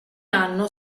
anno